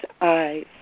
eyes